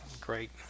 Great